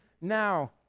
Now